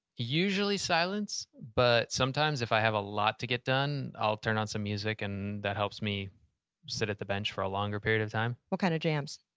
usually, silence. but sometimes if i have a lot to get done i'll turn on some music and that helps me sit at the bench for a longer period of time. what kind of jams?